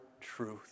truth